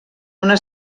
una